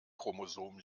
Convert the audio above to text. chromosom